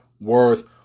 worth